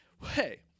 hey